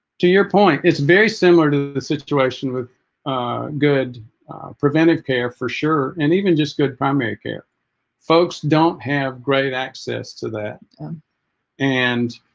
to your point it's very similar to the situation with good preventive care for sure and even just good primary care folks don't have great access to that um and